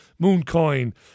Mooncoin